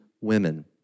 women